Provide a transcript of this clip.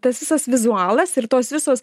tas visas vizualas ir tos visos